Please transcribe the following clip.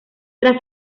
tras